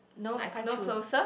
no no closer